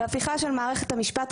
והפיכה של מערכת המשפט,